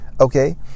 Okay